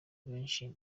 benshi